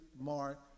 Mark